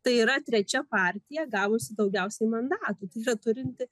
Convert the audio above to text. tai yra trečia partija gavusi daugiausiai mandatų tai yra turinti